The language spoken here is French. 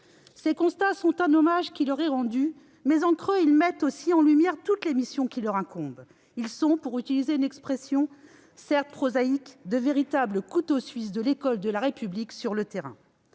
Ces constats sont un hommage qui est rendu à ces directrices et directeurs ; mais, en creux, ils mettent aussi en lumière toutes les missions qui leur incombent : ils sont, pour utiliser une expression certes prosaïque, de véritables « couteaux suisses » de l'école de la République sur le terrain.